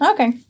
Okay